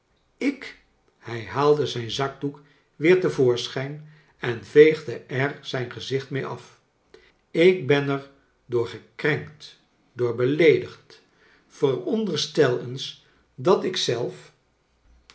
ik hrj haalde zijn zakdoek weer te voorschijn en veegde er zijn gezicht mee af ik ben er door gekrenkt door beleedigd veronderstel eens dat ik zelf